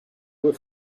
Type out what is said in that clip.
were